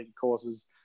courses